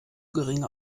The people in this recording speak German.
geringe